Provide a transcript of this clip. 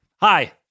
Hi